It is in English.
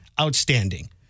Outstanding